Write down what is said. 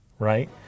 Right